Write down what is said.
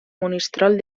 monistrol